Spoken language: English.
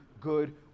good